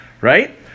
right